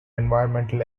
environmental